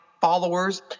followers